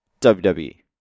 WWE